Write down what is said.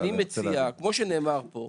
כמו שנאמר פה,